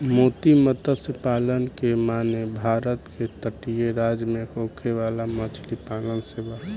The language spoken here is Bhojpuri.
मोती मतस्य पालन के माने भारत के तटीय राज्य में होखे वाला मछली पालन से बा